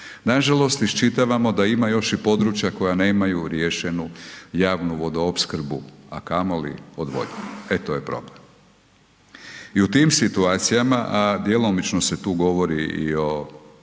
Nažalost, iščitavamo da ima još i područja koja nemaju riješenu javnu vodoopskrbu a kamoli odvodnju to je problem i u tim situacijama djelomično se tu govori i o